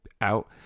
out